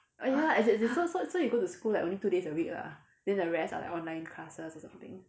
ya as in as in so so you go to school like only two days a week lah then the rest are like online classes or something